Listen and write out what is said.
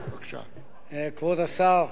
כבוד השר,